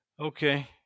Okay